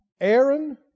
Aaron